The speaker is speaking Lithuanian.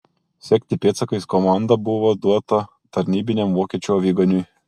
sekti pėdsakais komanda buvo duota tarnybiniam vokiečių aviganiui